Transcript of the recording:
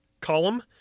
column